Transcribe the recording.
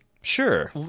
Sure